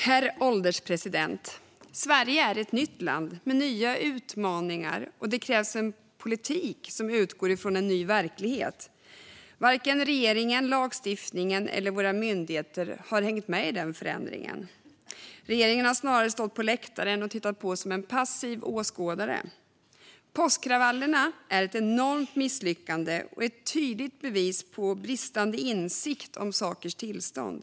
Herr ålderspresident! Sverige är ett nytt land med nya utmaningar, och det krävs en politik som utgår från en ny verklighet. Varken regeringen, lagstiftningen eller våra myndigheter har hängt med i förändringen. Regeringen har snarare stått på läktaren och tittat på som en passiv åskådare. Påskkravallerna är ett enormt misslyckande och ett tydligt bevis på bristande insikt om sakers tillstånd.